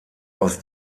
aus